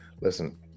listen